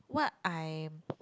what I'm